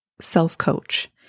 self-coach